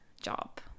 job